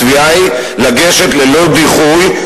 התביעה היא לגשת ללא דיחוי,